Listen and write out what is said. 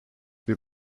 bir